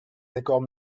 accords